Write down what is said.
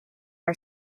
our